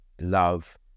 love